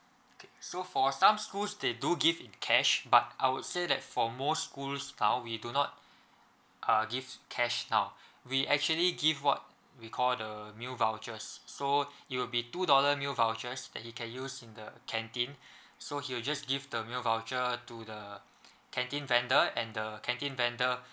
so for some schools they do give in cash but I would say that for most school style we do not uh give cash now we actually give what we call the meal vouchers so it'll be two dollar meal vouchers that he can use in the canteen so he will just give the meal voucher to the canteen vendor and the canteen vendor